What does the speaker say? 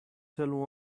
till